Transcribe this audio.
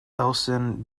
ellison